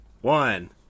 One